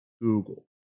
Google